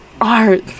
art